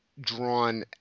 drawn